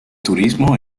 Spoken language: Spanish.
turismo